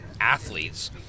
athletes